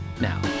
now